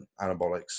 anabolics